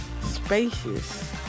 spacious